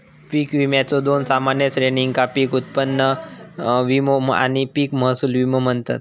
पीक विम्याच्यो दोन सामान्य श्रेणींका पीक उत्पन्न विमो आणि पीक महसूल विमो म्हणतत